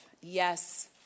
Yes